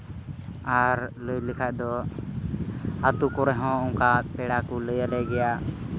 ᱟᱨ ᱞᱟᱹᱭ ᱞᱮᱠᱷᱟᱡ ᱫᱚ ᱟᱹᱛᱩ ᱠᱚᱨᱮᱦᱚᱸ ᱚᱱᱠᱟ ᱯᱮᱲᱟ ᱠᱚ ᱞᱟᱹᱭᱟᱞᱮ ᱜᱮᱭᱟ